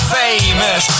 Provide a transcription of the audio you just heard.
famous